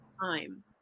time